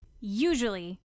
Usually